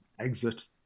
exit